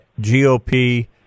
GOP